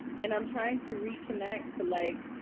and i'm trying to reconnect to like,